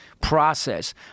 process